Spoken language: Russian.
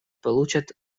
получат